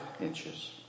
inches